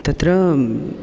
तत्र